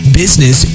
business